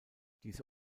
diese